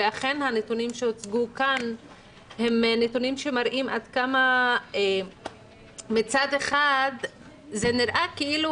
ואכן הנתונים שהוצגו כאן הם נתונים שמראים עד כמה מצד אחד זה נראה כאילו